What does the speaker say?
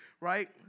Right